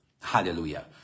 Hallelujah